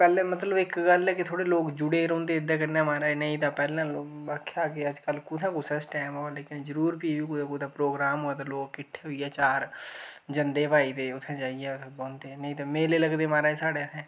पैह्ले मतलब इक गल्ल ऐ कि लोक थोह्ड़े जुड़े दे रौह्दे एह्दे कन्नै महाराज नेईं तां पैह्ले लोक में आखेआ के अज्जकल कुत्थै कुसै आस्तै टैम ऐ लेकिन जरूर फ्ही बी कुतै कोई प्रोग्राम होए तां लोक किट्ठे होई चार जंदे भई ते उत्थै जाइयै बौंह्दे नेईं तां मेले लगदे महाराज साढ़ै इत्थैं